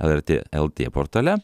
lrt lt portale